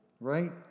right